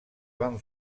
van